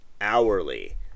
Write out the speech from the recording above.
hourly